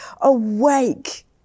Awake